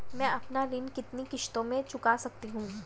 मैं अपना ऋण कितनी किश्तों में चुका सकती हूँ?